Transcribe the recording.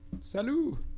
Salut